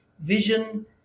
vision